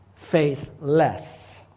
faithless